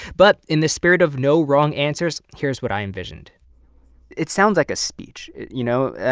but in the spirit of no wrong answers, here's what i envisioned it sounds like a speech, you know?